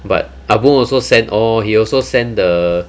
but ah boon also send all he also sent the